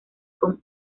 con